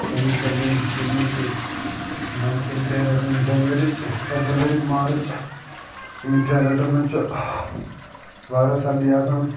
سٲنِس کۄلگٲمۍ ڈِسٹِکَس منٛز چھِ وَنٛدکٮ۪ن ترٚٮ۪ن رٮ۪تَن جَنوٕری فٮ۪بَروٕری مارٕچ یِمن ترٮ۪ن رٮ۪تَن منٛز چھِ واریاہ سردی آسان